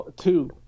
two